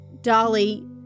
Dolly